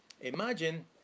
Imagine